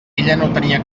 tenia